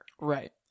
Right